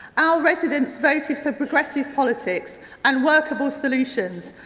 our residents voted for progressive politics and workable solutions,